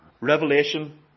Revelation